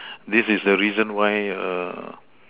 this is the reason why err